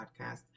podcast